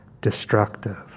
destructive